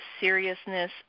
seriousness